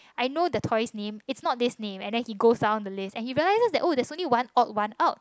I know the toy's name it's not this name and then he goes down the list and he realizes that oh there's only one odd one out